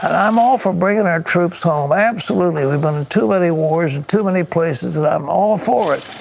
and i'm all for bringing our troops home, absolutely, we've been in too many wars, and too many places and i'm all for it.